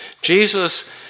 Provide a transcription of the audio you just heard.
Jesus